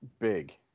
big